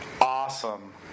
awesome